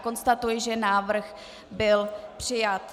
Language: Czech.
Konstatuji, že návrh byl přijat.